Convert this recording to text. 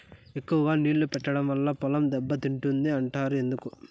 ఎక్కువగా నీళ్లు పెట్టడం వల్ల పొలం దెబ్బతింటుంది అంటారు ఎందుకు?